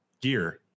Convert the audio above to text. gear